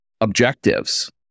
objectives